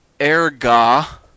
erga